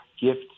gifts